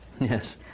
Yes